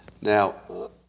Now